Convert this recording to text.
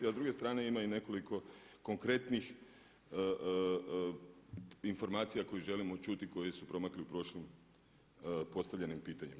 A s druge strane ima i nekoliko konkretnih informacija koje želimo čuti, koje su promakle u prošlom postavljanju pitanja.